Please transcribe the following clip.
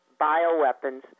bioweapons